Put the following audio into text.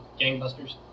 gangbusters